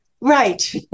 Right